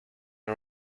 are